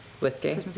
Whiskey